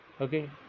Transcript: okay